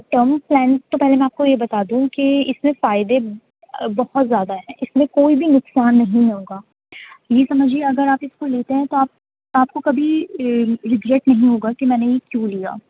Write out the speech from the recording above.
term plan تو پہلے میں آپ کو یہ بتا دوں کہ اس میں فائدے بہت زیادہ ہیں اس میں کوئی بھی نقصان نہیں ہوگا یہ سمجھیے اگر آپ اس کو لیتے ہیں تو آپ آپ کو کبھی ریگریٹ نہیں ہوگا کہ میں نے یہ کیوں لیا